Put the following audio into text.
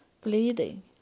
bleeding